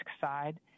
side